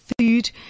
food